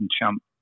champ